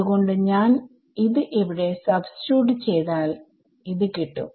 അത്കൊണ്ട് ഞാൻ ഇത് ഇവിടെ സബ്സ്റ്റിട്യൂട്ട് ചെയ്താൽ ഇത് കിട്ടും